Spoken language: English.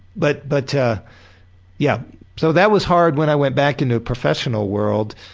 but but yeah so that was hard when i went back into a professional world.